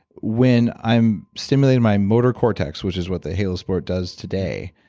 when i'm stimulating my motor cortex, which is what the halo sport does today,